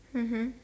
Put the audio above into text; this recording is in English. mmhmm